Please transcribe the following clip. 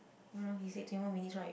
one hour he said twenty more minutes right